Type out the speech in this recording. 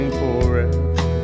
forever